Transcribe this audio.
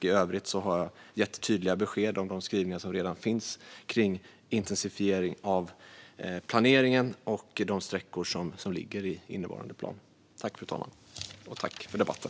I övrigt har jag gett tydliga besked om de skrivningar som redan finns kring intensifiering av planeringen och de sträckor som ligger i innevarande plan. Tack för debatten!